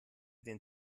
den